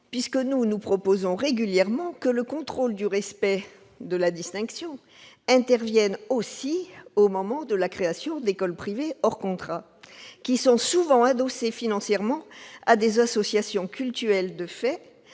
! En effet, nous proposons régulièrement que le contrôle du respect de la distinction intervienne aussi au moment de la création d'écoles privées hors contrat, qui sont souvent adossées financièrement à des associations cultuelles de fait,